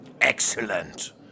Excellent